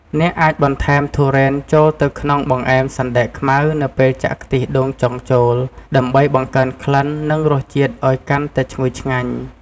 អ្នកអាចបន្ថែម ធុរេន ចូលទៅក្នុងបង្អែមសណ្ដែកខ្មៅនៅពេលចាក់ខ្ទិះដូងចុងចូល ដើម្បីបង្កើនក្លិន និងរសជាតិឱ្យកាន់តែឈ្ងុយឆ្ងាញ់។